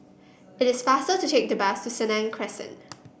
it is faster to take the bus to Senang Crescent